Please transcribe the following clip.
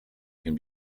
can